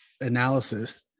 analysis